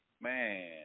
Man